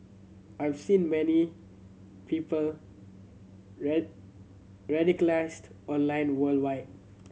I've seen many people radicalised online worldwide